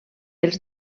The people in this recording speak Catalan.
els